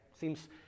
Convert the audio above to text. Seems